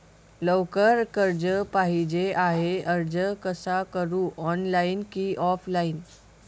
लवकर कर्ज पाहिजे आहे अर्ज कसा करु ऑनलाइन कि ऑफलाइन?